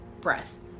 breath